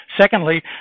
Secondly